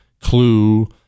clue